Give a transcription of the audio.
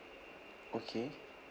okay